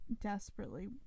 desperately